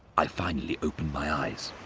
i finally opened my eyes.